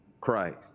Christ